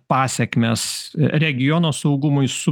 pasekmes regiono saugumui su